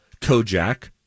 Kojak